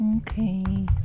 Okay